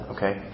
Okay